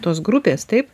tos grupės taip